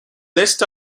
list